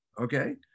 okay